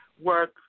work